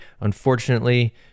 unfortunately